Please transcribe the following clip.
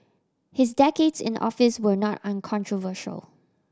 his decades in office were not uncontroversial